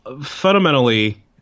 fundamentally